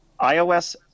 iOS